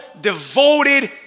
devoted